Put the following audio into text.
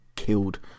killed